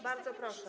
Bardzo proszę.